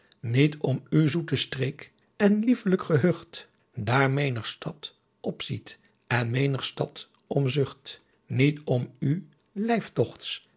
niet om u soete streeck en lieffelick gehucht daer menigh stad op siet en menigh stad om zucht niet om u